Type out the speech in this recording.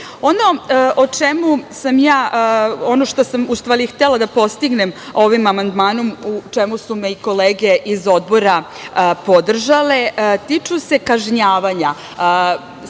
ono što sam u stvari htela da postignem ovim amandmanom, u čemu su me i kolege iz Odbora podržale, tiču se kažnjavanja.